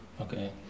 Okay